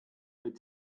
vaid